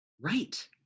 Right